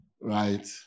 right